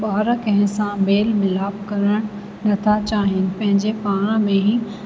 ॿार कंहिं सां मेल मिलाप करणु नथा चाहिनि पंहिंजे पाण में ई